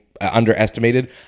underestimated